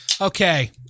Okay